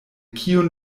kiun